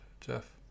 jeff